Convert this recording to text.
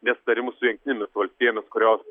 nesutarimus su jungtinėmis valstijomis kurios